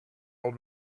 old